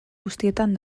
guztietan